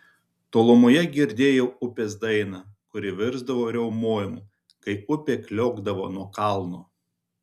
tolumoje girdėjau upės dainą kuri virsdavo riaumojimu kai upė kliokdavo nuo kalno